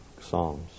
psalms